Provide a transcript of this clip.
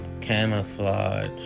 camouflage